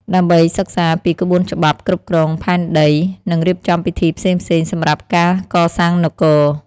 ដើម្បីសិក្សាពីក្បួនច្បាប់គ្រប់គ្រងផែនដី និងរៀបចំពិធីផ្សេងៗសម្រាប់ការកសាងនគរ។